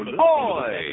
boy